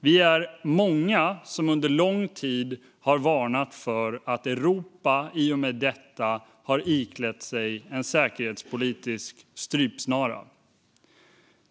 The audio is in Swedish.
Vi är många som under lång tid har varnat för att Europa i och med detta har iklätt sig en säkerhetspolitisk strypsnara.